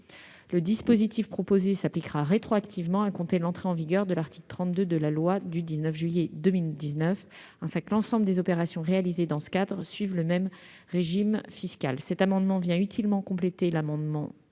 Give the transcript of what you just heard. Le dispositif proposé s'appliquera rétroactivement à compter de l'entrée en vigueur de l'article 32 de la loi du 19 juillet 2019 afin que l'ensemble des opérations réalisées dans ce cadre suive le même régime fiscal. Cette mesure vient utilement compléter l'amendement